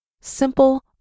simple